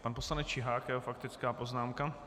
Pan poslanec Čihák a jeho faktická poznámka.